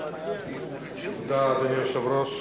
תודה, אדוני היושב-ראש,